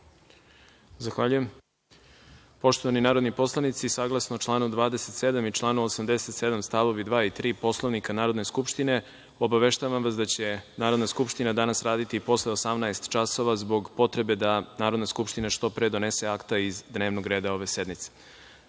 Zahvaljujem. Poštovani narodni poslanici, saglasno članu 27. i članu 87. stavovi 2. i 3. Poslovnika Narodne skupštine, obaveštavam vas da će Narodna skupština danas raditi i posle 18,00 časova, zbog potrebe da Narodna skupština što pre donese akta iz dnevnog reda ove